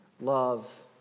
love